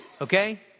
okay